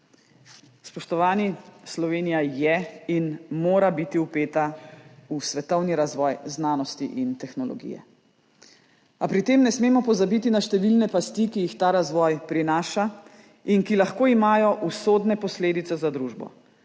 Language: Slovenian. Spoštovani! Slovenija je in mora biti vpeta v svetovni razvoj znanosti in tehnologije. A pri tem ne smemo pozabiti na številne pasti, ki jih ta razvoj prinaša in ki lahko imajo usodne posledice za družbo.